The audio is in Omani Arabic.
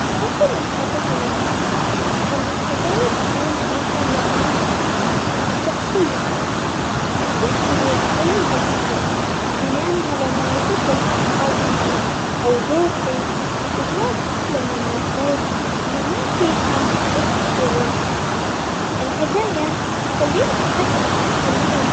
أفضل الهدايا لأن الهدايا تكون فيها معنى و- وشخصية، الشخص اللي يعطيني هدية بناء على معرفته بحاجتي أو ذوقي وهذا أحلى من النقود اللي ما فيها نفس الشعور، الهدايا تخليني أحس بالاهتمام.